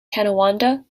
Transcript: tonawanda